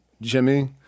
Jimmy